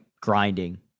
grinding